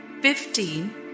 fifteen